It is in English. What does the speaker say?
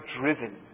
driven